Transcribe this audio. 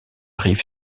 rive